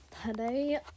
today